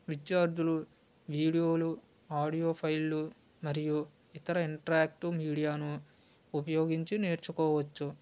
విద్యార్థులు వీడియోలు ఆడియో ఫైళ్ళు మరియు ఇతర ఇంట్రాక్టివ్ మీడియాను ఉపయోగించి నేర్చుకోవచ్చు